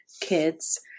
kids